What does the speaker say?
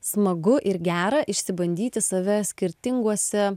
smagu ir gera išsibandyti save skirtinguose